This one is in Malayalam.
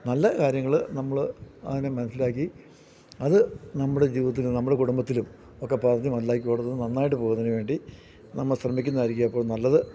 നല്ല കാര്യങ്ങൾ നമ്മൾ അതിനെ മനസ്സിലാക്കി അത് നമ്മുടെ ജീവിതത്തിലും നമ്മുടെ കുടുംബത്തിലും ഒക്കെ പറഞ്ഞു മനസിലാക്കി കൊടുത്തും നന്നായിട്ട് പോകുന്നതിന് വേണ്ടി നമ്മൾ ശ്രമിക്കുന്നതായിരിക്കും അപ്പോൾ നല്ലത്